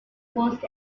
watched